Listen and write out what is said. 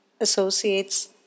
associates